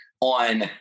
on